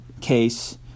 case